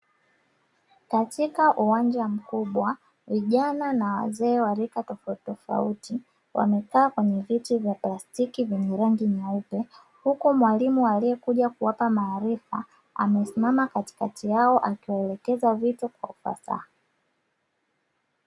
Katika uwanja mkubwa vijana na wazee wa rika tofautitofauti, wamekaa kwenye viti vya plastiki vyenye rangi nyeupe. Huku mwalimu aliyekuja kuwapa maarifa amesimama katikati yao akiwaelekeza vitu kwa ufasaha.